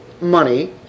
money